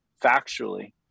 factually